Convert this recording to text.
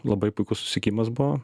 labai puikus susisiekimas buvo